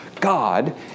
God